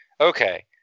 okay